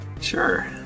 Sure